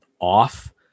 off